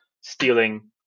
stealing